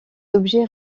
objets